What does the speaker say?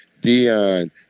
Dion